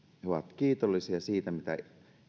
ja jotka ovat kiitollisia siitä mitä